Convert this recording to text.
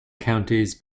counties